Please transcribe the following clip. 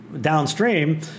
downstream